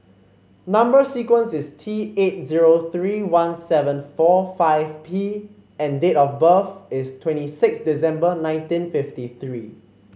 number sequence is T eight zero three one seven four five P and date of birth is twenty six December nineteen fifty three